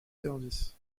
services